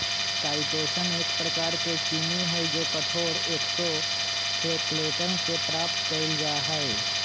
chitosan एक प्रकार के चीनी हई जो कठोर एक्सोस्केलेटन से प्राप्त कइल जा हई